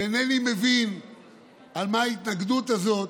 ואינני מבין על מה ההתנגדות הזאת